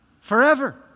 forever